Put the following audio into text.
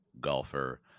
Golfer